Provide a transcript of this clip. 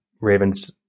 raven's